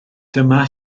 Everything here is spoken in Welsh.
dyma